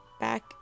back